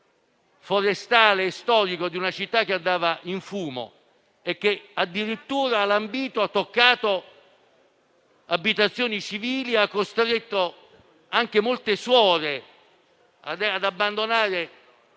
forestale e storico di una città che andava in fumo, un fumo che addirittura ha lambito abitazioni civili, ha costretto anche molte suore ad abbandonare